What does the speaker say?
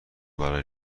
برای